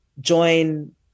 join